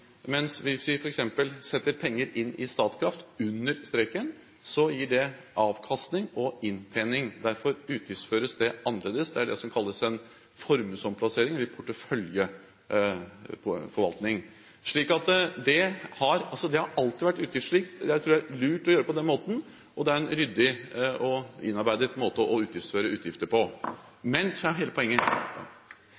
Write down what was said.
hvis vi f.eks. setter penger inn i Statkraft under streken, gir det avkastning og inntjening. Derfor utgiftsføres det annerledes. Det er det som kalles formuesomplassering eller porteføljeforvaltning. Det har alltid vært utgiftsført slik. Jeg tror det er lurt å gjøre det på den måten. Det er en ryddig og innarbeidet måte å utgiftsføre utgifter på.